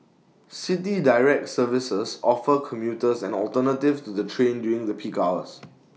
City Direct services offer commuters an alternative to the train during the peak hours